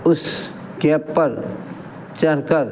उस कैब पर चढ़कर